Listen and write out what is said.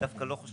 אני לא חושב